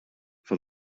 for